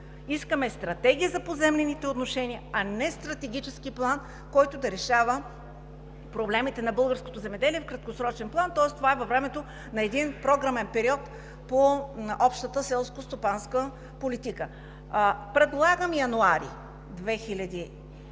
Искаме Стратегия за поземлените отношения, а не стратегически план, който да решава проблемите на българското земеделие в краткосрочен план, тоест това е във времето на един програмен период по Общата селскостопанска политика. Предлагам месец януари 2021